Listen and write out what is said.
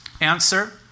Answer